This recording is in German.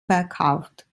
verkauft